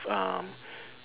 um